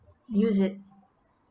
use it